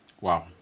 Wow